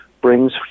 brings